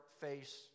face